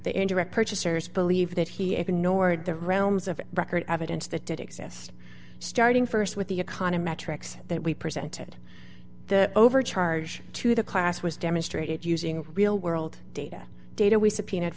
the indirect purchasers believe that he ignored the realms of record evidence that did exist starting st with the econometrics that we presented the overcharge to the class was demonstrated using real world data data we subpoenaed